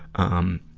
um,